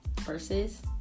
Versus